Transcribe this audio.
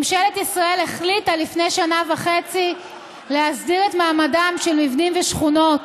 ממשלת ישראל החליטה לפני שנה וחצי להסדיר את מעמדם של מבנים ושכונות